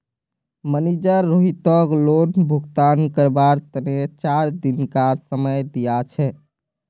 manager रोहितक loan भुगतान करवार तने चार दिनकार समय दिया छे